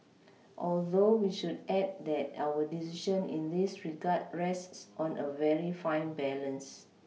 although we should add that our decision in this regard rests on a very fine balance